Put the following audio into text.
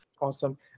Awesome